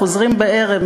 חוזרים בערב,